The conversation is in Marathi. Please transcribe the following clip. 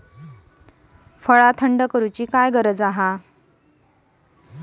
फळ थंड करण्याची आवश्यकता का आहे?